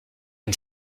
une